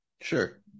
Sure